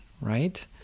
right